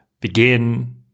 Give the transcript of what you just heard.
begin